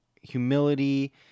humility